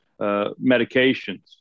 medications